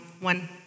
one